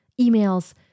emails